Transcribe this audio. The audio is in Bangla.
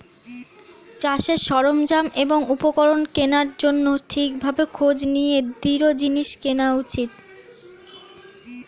চাষের সরঞ্জাম এবং উপকরণ কেনার জন্যে ঠিক ভাবে খোঁজ নিয়ে দৃঢ় জিনিস কেনা উচিত